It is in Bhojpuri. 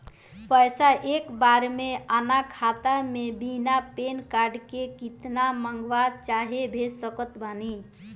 पैसा एक बार मे आना खाता मे बिना पैन कार्ड के केतना मँगवा चाहे भेज सकत बानी?